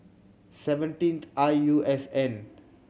seventeenth I U S N